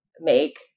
make